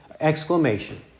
exclamation